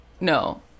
No